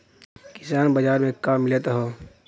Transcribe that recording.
किसान बाजार मे का मिलत हव?